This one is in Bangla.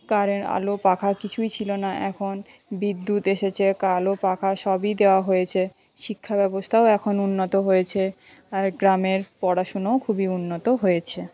কারেন্ট আলো পাখা কিছুই ছিল না এখন বিদ্যুৎ এসেছে আলো পাখা সবই দেওয়া হয়েছে শিক্ষা ব্যবস্থাও এখন উন্নত হয়েছে আর গ্রামের পড়াশোনাও খুবই উন্নত হয়েছে